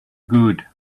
could